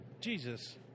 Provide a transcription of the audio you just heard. Jesus